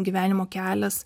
gyvenimo kelias